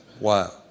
Wow